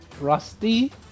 Rusty